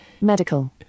Medical